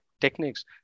techniques